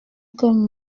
que